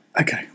Okay